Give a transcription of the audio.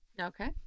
Okay